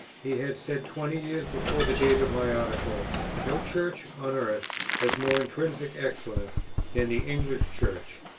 he had said twenty years before the date of my article no church on earth has more intrinsic excellence than the english church,